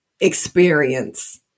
experience